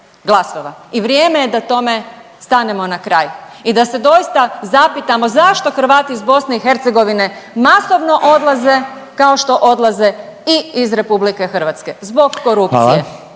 i vrijeme je da tome stanemo na kraj i da se doista zapitamo zašto Hrvati iz BiH masovno odlaze kao što odlaze i iz RH, zbog korupcije.